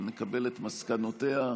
שכשנקבל את מסקנותיה,